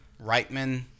Reitman